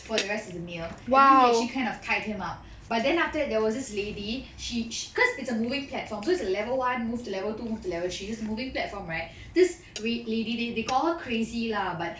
for the rest of the meal and then he actually kind of tied him up but then after that there was this lady she cause it's a moving platform so it's a level one move level two move to level three it's moving platform right this lady they they call her crazy lah but